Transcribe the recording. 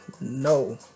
No